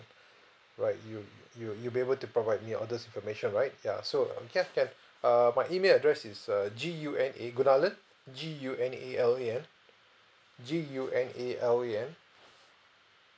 right you you you'd be able to provide me all this information right ya so um can can err my email address is err G U N A gunalan G U N A L A N G U N A L A N